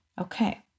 Okay